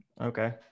Okay